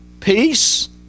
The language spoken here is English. Peace